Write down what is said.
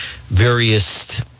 various